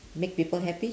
make people happy